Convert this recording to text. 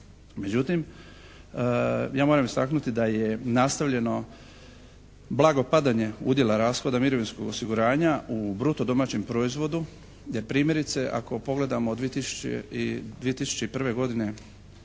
Međutim ja moram istaknuti da je nastavljeno blago padanje udjela rashoda mirovinskog osiguranja u bruto domaćem proizvodu gdje primjerice ako pogledamo 2001. godine